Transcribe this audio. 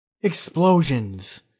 explosions